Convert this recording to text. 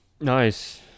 Nice